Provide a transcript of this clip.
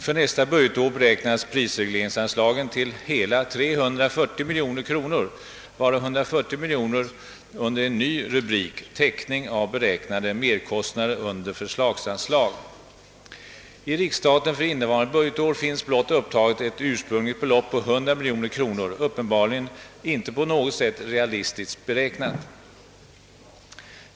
För nästa budgetår beräknas Prisregleringsanslagen till hela 340 miljoner, varav 140 miljoner kronor upptagits under en ny rubrik »Täckning av beräknade merkostnader under förslagsanslag». I riksstaten för innevarande budgetår finns blott upptaget ett ursprungligt belopp för detta ändamål på 100 miljoner kronor, uppenbarligen inte på något sätt realistiskt beräknat.